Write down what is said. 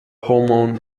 hormone